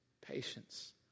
patience